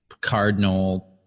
cardinal